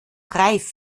reif